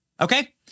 okay